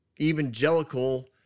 evangelical